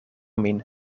min